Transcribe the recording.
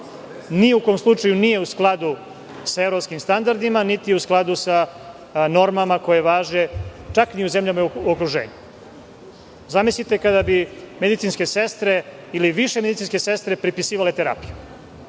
ni u kom slučaju nije u skladu sa evropskim standardima, niti je u skladu sa normama koje važe čak ni u zemljama u okruženju. Zamislite kada bi medicinske sestre ili više medicinske sestre prepisivale terapiju?